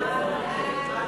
התשע"ג 2013,